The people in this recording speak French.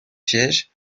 siège